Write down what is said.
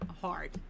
hard